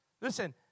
Listen